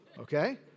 okay